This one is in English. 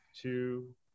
two